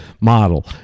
model